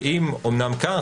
ואם אומנם כך,